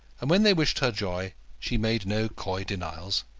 and when they wished her joy she made no coy denials.